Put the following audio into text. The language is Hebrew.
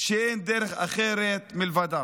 שאין דרך אחרת מלבדה.